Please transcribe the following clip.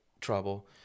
trouble